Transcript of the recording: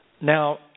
Now